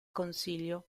consiglio